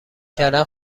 کردن